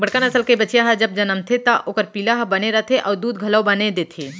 बड़का नसल के बछिया ह जब जनमथे त ओकर पिला हर बने रथे अउ दूद घलौ बने देथे